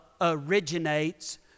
originates